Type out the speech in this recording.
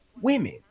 women